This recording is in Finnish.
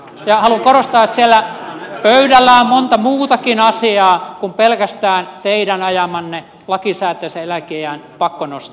ja haluan korostaa että siellä pöydällä on monta muutakin asiaa kuin pelkästään teidän ajamanne lakisääteisen eläkeiän pakkonosto